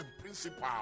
principal